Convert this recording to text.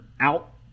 out